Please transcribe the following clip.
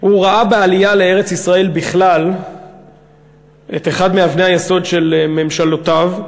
ראה בעלייה לארץ-ישראל בכלל את אחת מאבני היסוד של ממשלותיו,